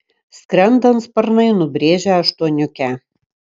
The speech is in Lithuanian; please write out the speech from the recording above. skrendant sparnai nubrėžią aštuoniukę